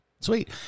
Sweet